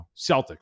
Celtics